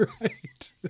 right